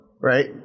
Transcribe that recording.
right